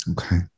okay